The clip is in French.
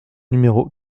numéro